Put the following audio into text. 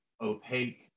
opaque